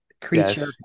creature